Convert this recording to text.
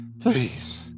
Please